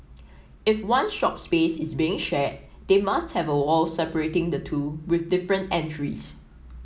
if one shop space is being shared they must have a wall separating the two with different entries